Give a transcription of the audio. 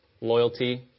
loyalty